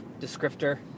descriptor